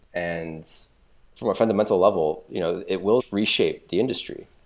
and from a fundamental level, you know it will reshape the industry.